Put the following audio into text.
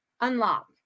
unlock